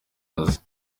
kazi